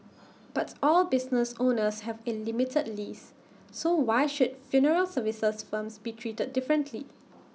but all business owners have A limited lease so why should funeral services firms be treated differently